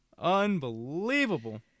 Unbelievable